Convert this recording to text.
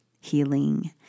healing